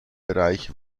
bereich